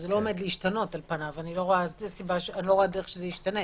אני לא רואה דרך שזה ישתנה.